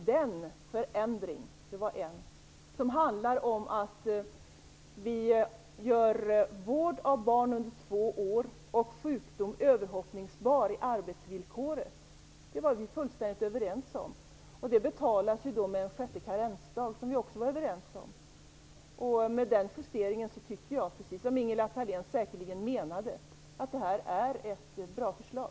Den förändring - det var en - som handlar om att man gör vård av barn under två år och sjukdom överhoppningsbara i arbetsvillkoret var vi fullständigt överens om. Det betalas med en sjätte karensdag, som vi också var överens om. Med den justeringen tycker jag, precis som Ingela Thalén säkerligen menade, att detta är ett bra förslag.